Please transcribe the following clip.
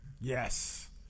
Yes